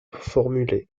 formulées